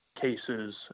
cases